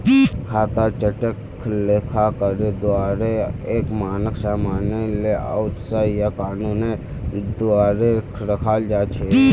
खातार चार्टक लेखाकारेर द्वाअरे एक मानक सामान्य लेआउट स या कानूनेर द्वारे रखाल जा छेक